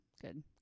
good